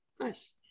Nice